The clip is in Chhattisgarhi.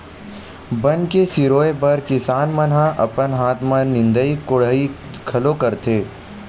बन के सिरोय बर किसान मन ह अपन हाथ म निंदई कोड़ई घलो करथे